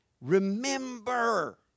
Remember